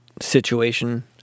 situation